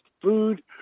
food